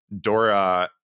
Dora